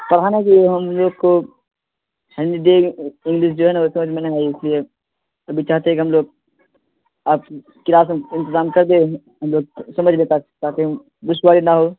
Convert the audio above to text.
کہا نا کہ ہم لوگ کو ہینڈ بیگ انگلش جو ہے نا سمجھ میں نہیں آ تی ہے سبھی چاہتے ہیں کہ ہم لوگ آپ کلاس میں انتظام کر دیں ہم لوگ سمجھ نہیں پاتے پاتے پیں دشواری نہ ہو